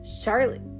Charlotte